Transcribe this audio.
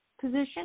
position